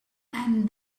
and